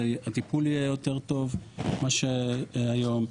הטיפול יהיה יותר טוב ממה שהיום.